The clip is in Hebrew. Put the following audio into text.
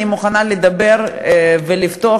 אני מוכנה לדבר ולפתוח,